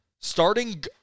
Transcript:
starting